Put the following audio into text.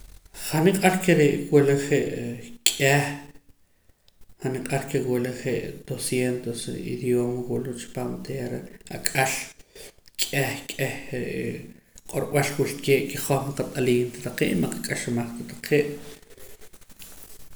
Han niq'ar ke re' wula je' k'eh han niq'ar ke wula je' doscientos re' idiooma wula pan oteera ak'al k'eh k'eh re'ee q'orb'al wilkee' ke hoj ma qat'aliim ta taqee' y ma qak'axamaj ta taee'